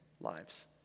lives